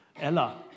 Ella